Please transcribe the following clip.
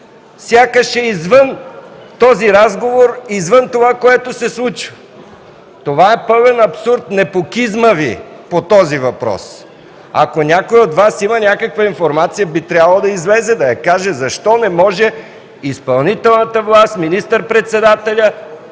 сякаш е извън този разговор, извън това, което се случва. Това е пълен абсурд – непукизмът Ви по този въпрос. Ако някой от Вас има някаква информация, би трябвало да излезе, да каже защо не може изпълнителната власт, министър председателят